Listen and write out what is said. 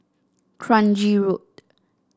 Kranji Road